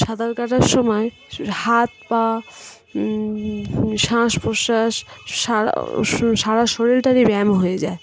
সাঁতার কাটার সময় হাত পা শ্বাস প্রশ্বাস সারা সারা শরীরটারই ব্যায়াম হয়ে যায়